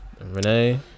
Renee